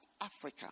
Africa